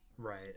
Right